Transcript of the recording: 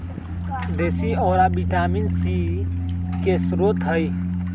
देशी औरा vitamin C के स्रोत हई